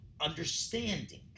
understanding